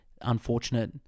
unfortunate